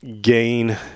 gain